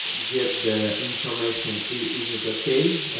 get the information, is it okay?